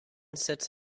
sits